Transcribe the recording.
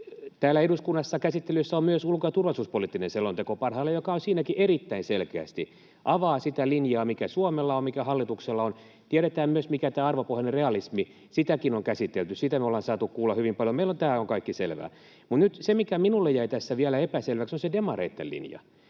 Täällä eduskunnassa käsittelyssä on parhaillaan myös ulko- ja turvallisuuspoliittinen selonteko, ja sekin erittäin selkeästi avaa sitä linjaa, mikä Suomella on, mikä hallituksella on. Tiedetään myös, mikä on tämä arvopohjainen realismi. Sitäkin on käsitelty, siitä me ollaan saatu kuulla hyvin paljon. Meillä tämä kaikki on selvää. Mutta nyt se, mikä minulle jäi tässä vielä epäselväksi, on se demareitten linja.